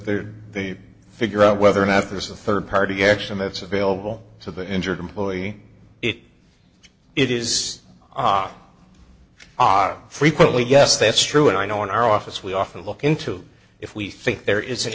they're they figure out whether or not there's a rd party action that's available to the injured employee it it is are are frequently yes that's true and i know in our office we often look into if we think there is an